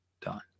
done